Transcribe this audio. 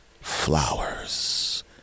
Flowers